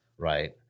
Right